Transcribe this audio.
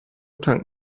tankt